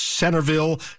Centerville